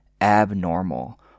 abnormal